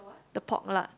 the pork lard